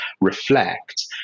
reflect